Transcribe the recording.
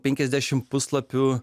penkiasdešim puslapių